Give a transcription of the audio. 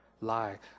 lie